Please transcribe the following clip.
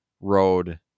road